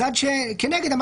הצד שמנגד,